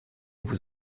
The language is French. vous